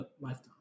lifetime